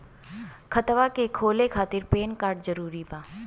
खतवा के खोले खातिर पेन कार्ड जरूरी बा?